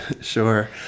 Sure